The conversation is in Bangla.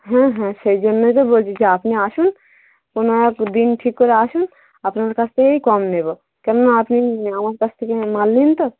হুম হুম সেই জন্যই তো বলছি যে আপনি আসুন কোনো এক দিন ঠিক করে আসুন আপনার কাছ থেকেই কম নেবো কেননা আপনি আমার কাছ থেকে মাল নেন তো